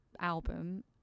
album